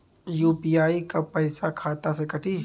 UPI क पैसा खाता से कटी?